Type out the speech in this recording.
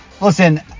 Listen